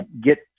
get